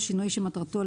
שינוי שמטרתו,